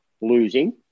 losing